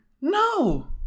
no